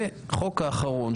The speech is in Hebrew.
והחוק האחרון,